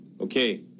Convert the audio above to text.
Okay